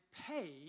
pay